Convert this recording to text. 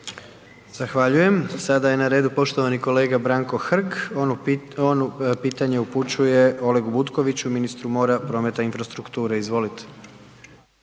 (HDZ)** Sada je na redu poštovani kolega Branko Hrg. On pitanje upućuje Olegu Butkoviću, ministru mora, prometa i infrastrukture. Izvolite.